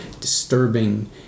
disturbing